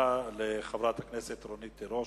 תודה לחברת הכנסת רונית תירוש.